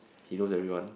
he knows everyone